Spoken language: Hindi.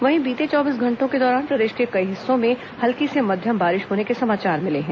वहीं बीते चौबीस घंटों के दौरान प्रदेश के कई हिस्सों में हल्की से मध्यम बारिश होने के समाचार मिले हैं